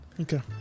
Okay